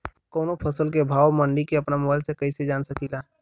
कवनो फसल के भाव मंडी के अपना मोबाइल से कइसे जान सकीला?